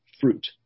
fruit